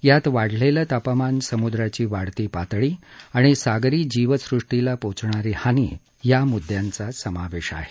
यात वाढलेलं तापमान समुद्राची वाढती पातळी आणि सागरी जीवसृष्टीला पोहोचणारी हानी या मुद्यांचा समावेश आहे